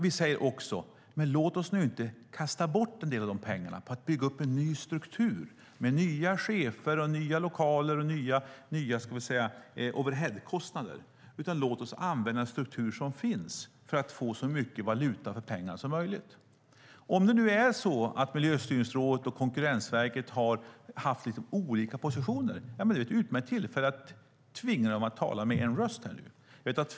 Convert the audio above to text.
Vi ska dock inte kasta bort en del av pengarna på att bygga upp en ny struktur med nya chefer och lokaler, det vill säga nya overheadkostnader, utan använda den struktur som finns för att få så mycket valuta för pengarna som möjligt. Om Miljöstyrningsrådet och Konkurrensverket har haft lite olika positioner är detta ett utmärkt tillfälle att tvinga dem att tala med en och samma röst.